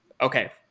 okay